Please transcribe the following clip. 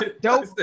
Dope